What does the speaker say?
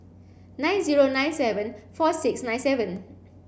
nine zero nine seven four six nine seven